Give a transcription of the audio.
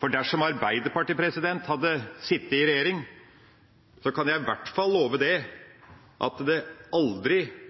for dersom Arbeiderpartiet hadde sittet i regjering, kan jeg i hvert fall love at det aldri